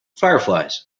fireflies